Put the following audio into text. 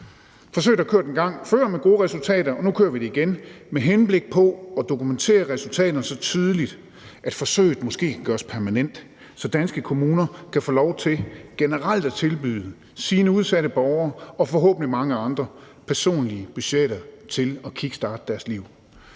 Forsøget er kørt en gang før med gode resultater, og nu kører vi det igen med henblik på at dokumentere resultaterne så tydeligt, at forsøget måske kan gøres permanent, så de danske kommuner kan få lov til generelt at tilbyde deres udsatte borgere og forhåbentlig mange andre personlige budgetter til at kickstarte deres liv.